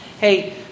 Hey